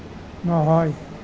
নহয়